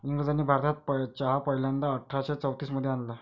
इंग्रजांनी भारतात चहा पहिल्यांदा अठरा शे चौतीस मध्ये आणला